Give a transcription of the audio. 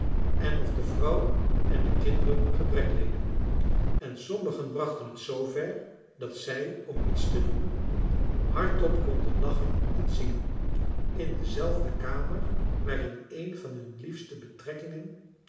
en of de vrouw en de kinderen gebrek leden en sommigen brachten het zver dat zij om iets te noemen hardop konden lachen en zingen in dezelfde kamer waarin een van hun liefste betrekkingen